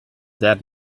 that